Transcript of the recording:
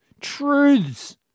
truths